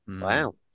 Wow